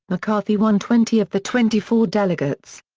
mccarthy won twenty of the twenty four delegates.